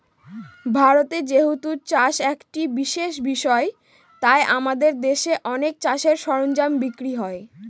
ভারতে যেহেতু চাষ একটা বিশেষ বিষয় তাই আমাদের দেশে অনেক চাষের সরঞ্জাম বিক্রি হয়